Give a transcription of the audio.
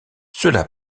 cela